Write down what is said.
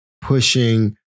pushing